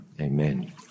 Amen